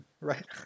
Right